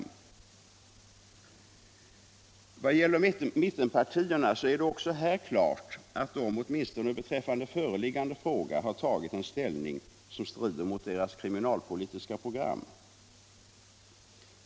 I vad sedan gäller mittenpartierna är det också här klart att de beträffande föreliggande fråga har tagit en ställning som strider mot deras kriminalpolitiska program.